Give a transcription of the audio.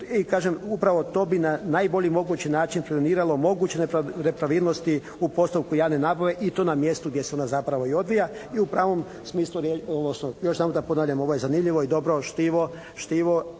I kažem, upravo to bi na najbolji mogući način …/Govornik se ne razumije./… moguće nepravilnosti u postupku javne nabave i to na mjestu gdje se ona zapravo i odvija i u pravom smislu riječi, odnosno još samo da ponovim ovo je zanimljivo i dobro štivo,